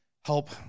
Help